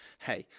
hey.